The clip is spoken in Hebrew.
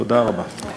תודה רבה.